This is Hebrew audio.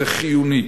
זה חיוני,